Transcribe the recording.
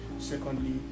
secondly